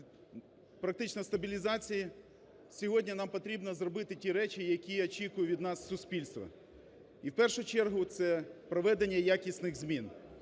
практично стабілізації сьогодні нам потрібно зробити ті речі, які очікує від нас суспільство, і в першу чергу це проведення якісних змін,